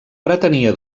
pretenia